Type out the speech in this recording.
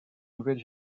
nouvelle